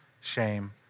shame